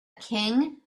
king